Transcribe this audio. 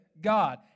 God